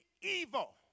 evil